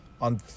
on